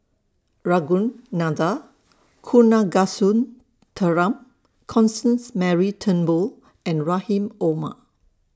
Ragunathar Kanagasuntheram Constance Mary Turnbull and Rahim Omar